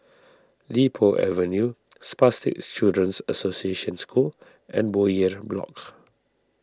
Li Po Avenue Spastic Children's Association School and Bowyer Block